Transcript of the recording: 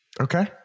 okay